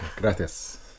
gracias